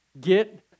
get